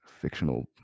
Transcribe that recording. fictional